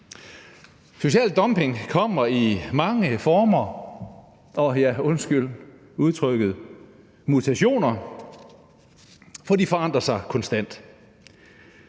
Social dumping kommer i mange former og – ja, undskyld udtrykket – mutationer, for de forandrer sig konstant.